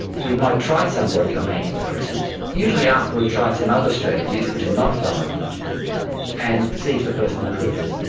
we might try somebody on antidepressants usually after we've tried some other strategies which are not pharmacological and see if the person improves.